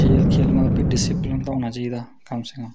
खेल खेल्लना ते डिसिप्लिन तां होना चाहिदा कम से कम